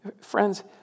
Friends